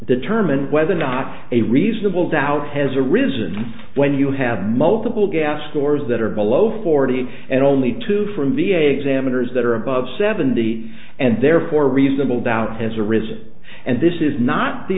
determine whether or not a reasonable doubt has arisen when you have multiple gas scores that are below forty and only two from v a examiners that are above seventy and therefore reasonable doubt has arisen and this is not the